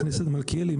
ח"כ מלכיאלי,